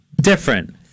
different